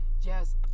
Yes